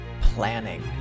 Planning